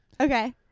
okay